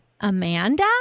Amanda